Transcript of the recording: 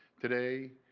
today,